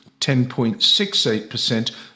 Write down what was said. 10.68%